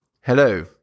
Hello